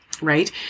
right